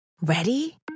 Ready